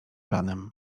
planem